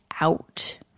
out